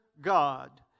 God